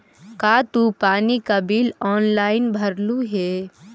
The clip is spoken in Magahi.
का तू पानी का बिल ऑनलाइन भरलू हे